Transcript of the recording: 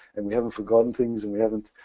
and we haven't forgotten things. and we haven't,